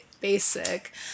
Basic